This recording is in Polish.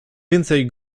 więcej